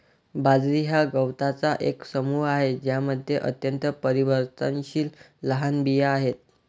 बाजरी हा गवतांचा एक समूह आहे ज्यामध्ये अत्यंत परिवर्तनशील लहान बिया आहेत